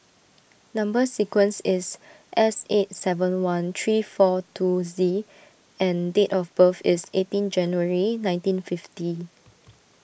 Number Sequence is S eight seven one three four two Z and date of birth is eighteen January nineteen fifty